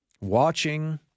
watching